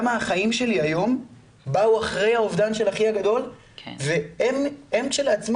גם החיים שלי היום באו אחרי האבדן של אחי הגדול והם כשלעצמם,